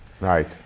Right